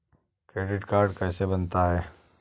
Credit card कैसे बनता है?